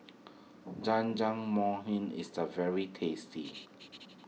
Jajangmyeon is the very tasty